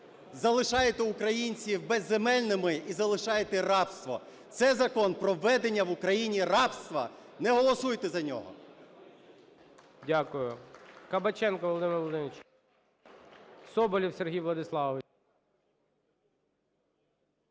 залишаєте українців безземельними і залишаєте рабство. Це закон про введення в Україні рабства! Не голосуйте за нього.